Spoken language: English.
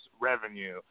revenue